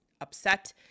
upset